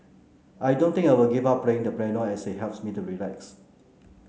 I don't think I will give up playing the piano as it helps me to relax